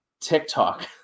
TikTok